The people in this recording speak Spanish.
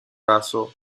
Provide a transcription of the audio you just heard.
brazo